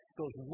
goes